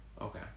okay